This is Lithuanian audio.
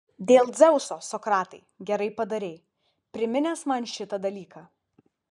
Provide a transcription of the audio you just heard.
dėl dzeuso sokratai gerai padarei priminęs man šitą dalyką